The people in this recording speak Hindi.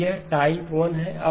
Hl0M 1Z 1El यह टाइप 1 है